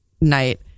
night